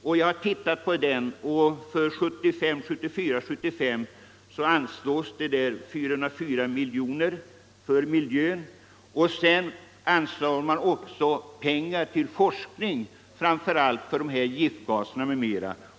För budgetåret 1974/75 är anslaget för miljöförbättrande åtgärder 404 miljoner kronor. I detta anslås pengar till forskning framför allt när det gäller giftiga gaser.